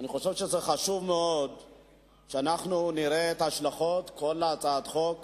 חשוב מאוד שאנחנו נראה את ההשלכות של כל הצעות החוק